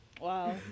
wow